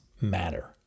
matter